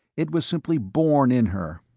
it was simply born in her.